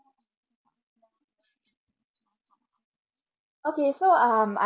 okay so um I